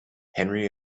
henry